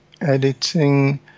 editing